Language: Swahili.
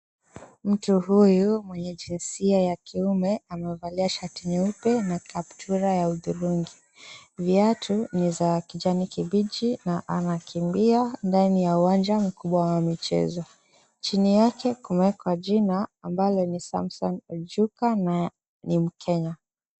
Mtu huyu mwenye jinsia ya kiume amevalia shati nyeupe na kaptura ya hudhurungi. Viatu ni za kijani kibichi na anakimbia ndani ya uwanja mkubwa wa michezo. Chini yake kumewekwa jina ambalo ni Samson Ojuka na ni mkenya.